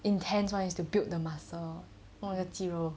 intense [one] is to build the muscle 那个肌肉